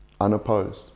unopposed